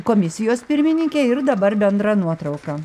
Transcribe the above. komisijos pirmininkė ir dabar bendra nuotrauka